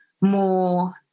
more